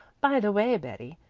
by the way, betty,